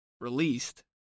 released